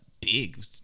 Big